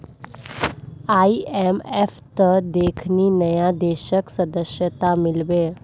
आईएमएफत देखनी नया देशक सदस्यता मिल बे